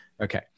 Okay